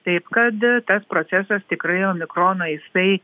taip kad tas procesas tikrai omikrono jisai